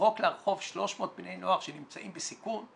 ולזרוק לרחוב 300 בני נוער שנמצאים בסיכון,